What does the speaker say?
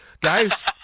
Guys